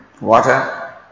water